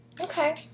Okay